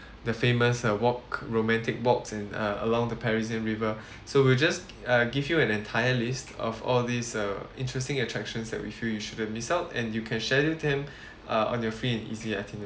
the famous uh walk romantic box in uh along the parisian river so we'll just uh give you an entire list of all these uh interesting attractions that we feel you shouldn't miss out and you can share uh on your free and easy itinerary